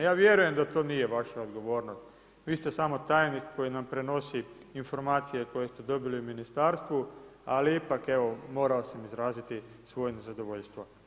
Ja vjerujem da to nije vaša odgovornost, vi ste samo tajnik koji nam prenosi informacije koje ste dobili u ministarstvu ali ipak evo, moramo sam izraziti svoje nezadovoljstvo.